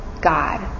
God